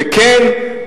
וכן,